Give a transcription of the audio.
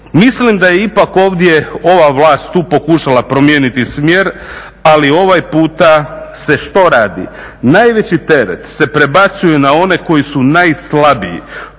Mislim da je ipak ovdje ova vlast tu pokušala promijeniti smjer ali ovaj puta se što radi? Najveći teret se prebacuje na one koji su najslabiji,